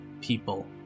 people